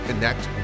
Connect